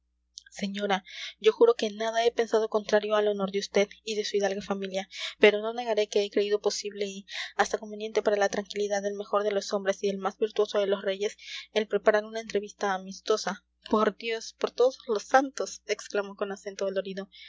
señora yo juro que nada he pensado contrario al honor de vd y de su hidalga familia pero no negaré que he creído posible y hasta conveniente para la tranquilidad del mejor de los hombres y del más virtuoso de los reyes el preparar una entrevista amistosa por dios por todos los santos exclamó con acento dolorido